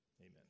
Amen